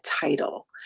title